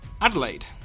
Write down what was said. Adelaide